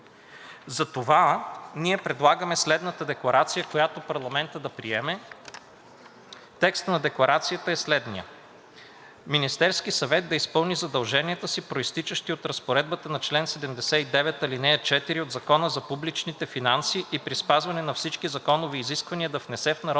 Затова ние предлагаме следната декларация, която парламентът да приеме. Текстът на Декларацията е следният: „Министерският съвет да изпълни задълженията си, произтичащи от разпоредбата на чл. 79, ал. 4 от Закона за публичните финанси, и при спазване на всички законови изисквания да внесе в Народното